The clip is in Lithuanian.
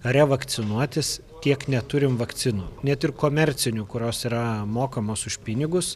revakcinuotis tiek neturim vakcinų net ir komercinių kurios yra mokamos už pinigus